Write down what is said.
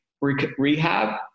rehab